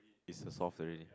it's the soft already